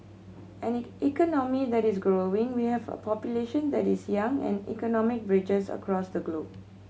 an economy that is growing we have a population that is young and economic bridges across the globe